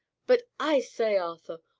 but, i say, arthur,